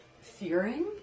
fearing